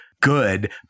good